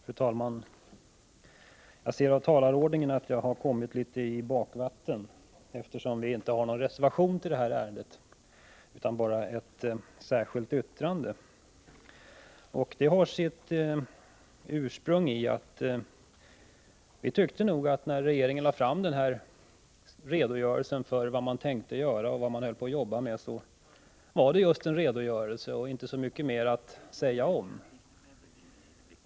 Fru talman! Jag ser av talarlistan att jag, eftersom vpk inte har någon reservation till det här ärendet utan bara ett särskilt yttrande, har kommit litet i bakvatten. När regeringen lade fram redogörelsen för vad man tänkte göra och vad man arbetade med såg vi det just som en redogörelse som det inte fanns så mycket mer att säga om.